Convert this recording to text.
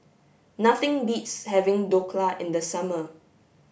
nothing beats having Dhokla in the summer